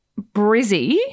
Brizzy